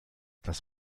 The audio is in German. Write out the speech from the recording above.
das